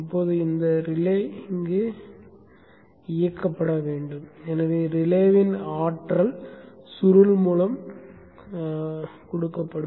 இப்போது இந்த ரிலே இயக்கப்பட வேண்டும் எனவே ரிலேவின் ஆற்றல் சுருள் மூலம் செய்யப்படும்